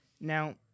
Now